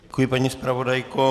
Děkuji, paní zpravodajko.